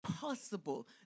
possible